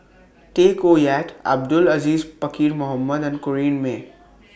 Tay Koh Yat Abdul Aziz Pakkeer Mohamed and Corrinne May